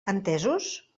entesos